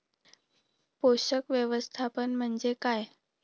पोषक व्यवस्थापन म्हणजे काय?